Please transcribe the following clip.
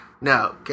no